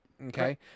Okay